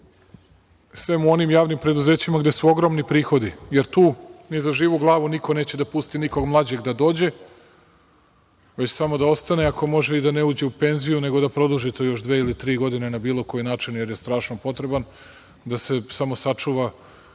sem u onim javnim preduzećima gde su ogromni prihodi, jer tu ni za živu glavu niko neće da pusti nikog mlađeg da dođe, već samo da ostane i ako može da ne ode u penziju, nego da produži dve ili tri godine, na bilo koji način, jer je strašno potreban, da se samo sačuva